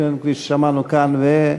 כפי ששמענו כאן,